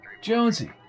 Jonesy